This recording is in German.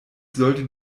sollte